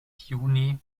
juni